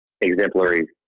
exemplary